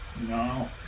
No